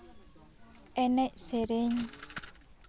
ᱮᱱᱮᱡ ᱥᱮᱨᱮᱧ